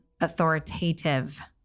authoritative